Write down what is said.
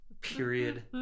Period